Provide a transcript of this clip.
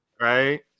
right